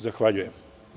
Zahvaljujem.